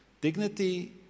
Dignity